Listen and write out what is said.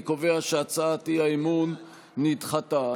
אני קובע שהצעת האי-אמון נדחתה.